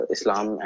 Islam